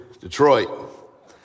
Detroit